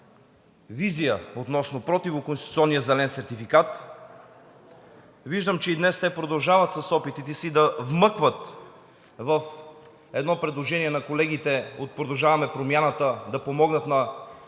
визия относно противоконституционния зелен сертификат. Виждам, че и днес те продължават с опитите си да вмъкват в едно предложение на колегите от „Продължаваме Промяната“ да помогнат на